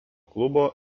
klubo